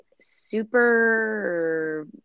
super